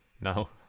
No